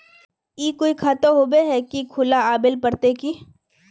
ई कोई खाता होबे है की खुला आबेल पड़ते की?